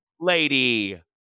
lady